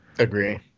agree